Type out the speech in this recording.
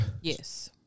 Yes